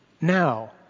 Now